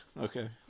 Okay